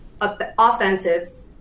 offensives